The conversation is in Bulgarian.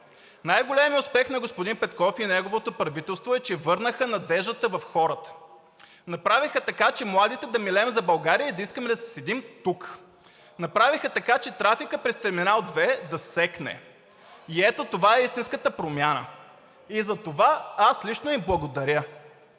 Най-големият успех на господин Петков и неговото правителство е, че върнаха надеждата в хората! Направиха така, че младите да милеем за България и да искаме да си седим тук! Направиха така, че трафикът през Терминал 2 да секне! И ето това е истинската промяна и затова аз лично им благодаря.